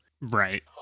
Right